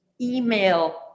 email